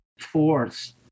force